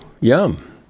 yum